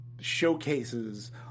showcases